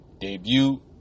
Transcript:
debut